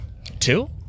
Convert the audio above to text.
Two